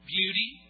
Beauty